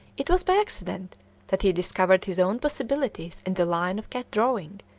it was by accident that he discovered his own possibilities in the line of cat drawing,